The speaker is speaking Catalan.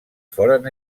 foren